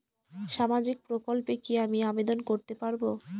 সামাজিক প্রকল্পে কি আমি আবেদন করতে পারবো?